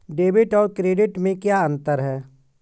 Debit और credit में क्या अंतर है?